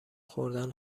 خوردن